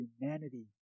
humanity